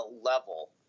level